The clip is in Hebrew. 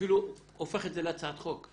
אפילו הופך את זה להצעת חוק,